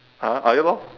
!huh! ah ya lor